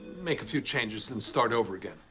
make a few changes, and start over again.